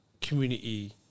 community